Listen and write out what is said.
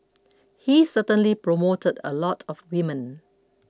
he certainly promoted a lot of women